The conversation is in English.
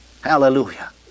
Hallelujah